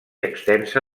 extensa